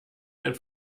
ein